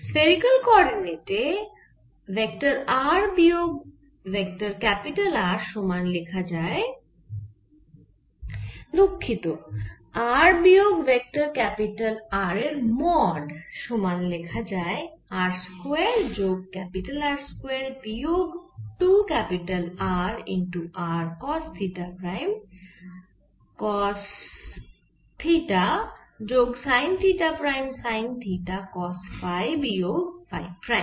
spherical কোঅরডিনেটে vector r বিয়োগ vector R সমান লেখা যায় দুঃখিত r বিয়োগ ভেক্টর R এর মড সমান r স্কয়ার যোগ ক্যাপিটাল R স্কয়ার বিয়োগ 2 capital R r cos theta prime cos theta যোগ sine theta prime sine theta cos phi বিয়োগ ফাই প্রাইম